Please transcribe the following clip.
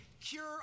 cure